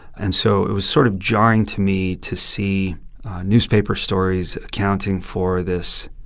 and so it was sort of jarring to me to see newspaper stories accounting for this